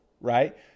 right